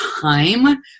time